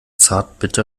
zartbitter